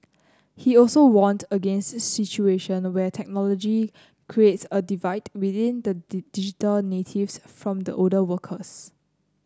he also warned against situation where technology creates a divide within the digital natives from the older workers